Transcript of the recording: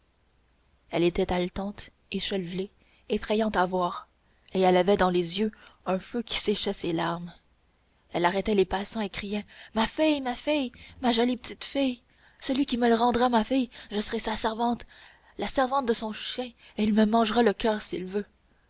elle était haletante échevelée effrayante à voir et elle avait dans les yeux un feu qui séchait ses larmes elle arrêtait les passants et criait ma fille ma fille ma jolie petite fille celui qui me rendra ma fille je serai sa servante la servante de son chien et il me mangera le coeur s'il veut